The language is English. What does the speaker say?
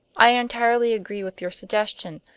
i entirely agree with your suggestion,